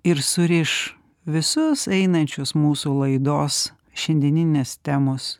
ir suriš visus einančius mūsų laidos šiandieninės temos